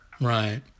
Right